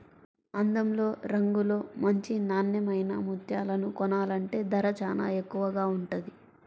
అందంలో, రంగులో మంచి నాన్నెమైన ముత్యాలను కొనాలంటే ధర చానా ఎక్కువగా ఉంటది